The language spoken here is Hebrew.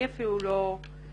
אני אפילו הופתעתי.